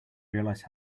realize